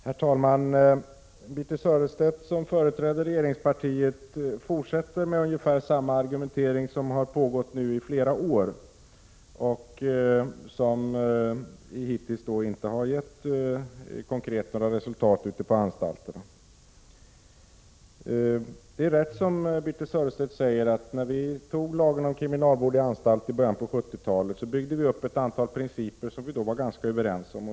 Herr talman! Birthe Sörestedt, som företräder regeringspartiet, fortsätter med ungefär samma argumentering som nu har pågått i flera år men som hittills inte har gett några konkreta resultat ute på anstalterna. Det är rätt som Birthe Sörestedt säger, att när vi antog lagen om kriminalvård i anstalt i början av 1970-talet byggde vi upp ett antal principer som vi då var ganska överens om.